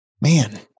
Man